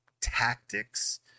tactics